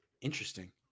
Interesting